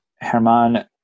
Herman